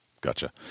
Gotcha